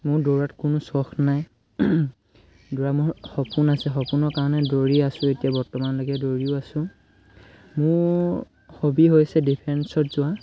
মোৰ দৌৰাত কোনো চখ নাই দৌৰা মোৰ সপোন আছে সপোনৰ কাৰণে দৌৰি আছোঁ এতিয়া বৰ্তমানলৈকে দৌৰিও আছোঁ মোৰ হবি হৈছে ডিফেন্সত যোৱা